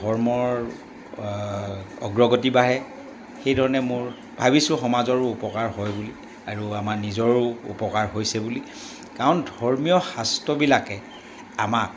ধৰ্মৰ অগ্ৰগতি বাঢ়ে সেইধৰণে মোৰ ভাবিছোঁ সমাজৰো উপকাৰ হয় বুলি আৰু আমাৰ নিজৰো উপকাৰ হৈছে বুলি কাৰণ ধৰ্মীয় শাস্ত্ৰবিলাকে আমাক